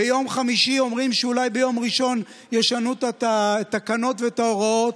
ביום חמישי אומרים שאולי ביום ראשון ישנו את התקנות ואת ההוראות,